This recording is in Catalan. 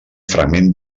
fragment